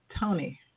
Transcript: Tony